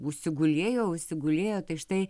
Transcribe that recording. užsigulėjo užsigulėjo tai štai